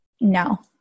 No